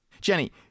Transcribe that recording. Jenny